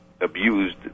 abused